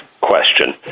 question